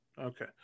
Okay